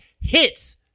hits